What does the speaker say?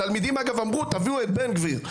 התלמידים אמרו, אגב, תביאו את בן גביר.